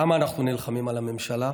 למה אנחנו נלחמים על הממשלה?